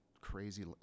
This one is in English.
crazy